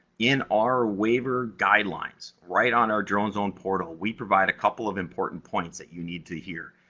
in our waiver guidelines, right on our drone zone portal, we provide a couple of important points that you need to hear.